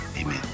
Amen